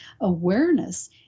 awareness